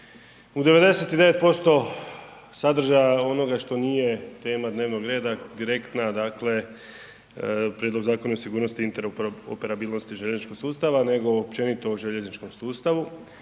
o 99% sadržaja onoga što nije tema dnevnog reda direktna dakle Prijedlog zakona o sigurnosti i interoperabilnosti željezničkog sustava nego općenito o željezničkom sustavu.